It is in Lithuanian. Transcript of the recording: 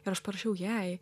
ir aš parašiau jai